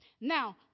Now